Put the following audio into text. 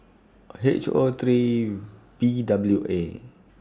H O three V W A